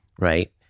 right